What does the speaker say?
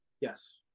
Yes